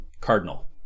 Cardinal